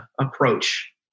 approach